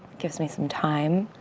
gives me some time.